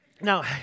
Now